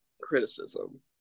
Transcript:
criticism